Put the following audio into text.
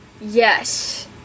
Yes